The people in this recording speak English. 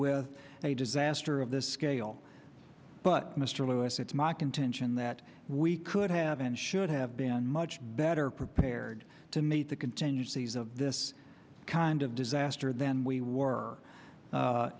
with a disaster of this scale but mr lewis it's my contention that we could have and should have been much better prepared to meet the contingencies of this kind of disaster than we were